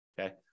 Okay